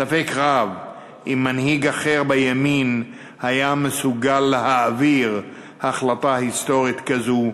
ספק רב אם מנהיג אחר בימין היה מסוגל להעביר החלטה היסטורית כזאת,